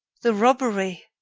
the robbery!